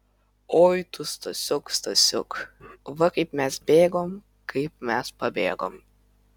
oi tu stasiuk stasiuk va kaip mes bėgom kaip mes pabėgom